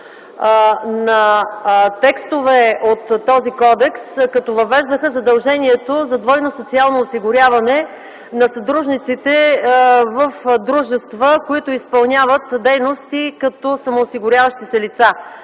на текстове от този кодекс, като въвеждаха задължението за двойно социално осигуряване на съдружниците в дружества, които изпълняват дейности като самоосигуряващи се лица.